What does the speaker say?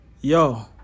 Yo